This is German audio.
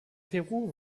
peru